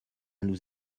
nous